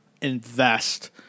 invest